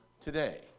today